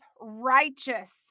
righteous